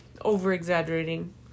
Over-exaggerating